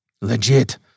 Legit